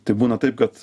tai būna taip kad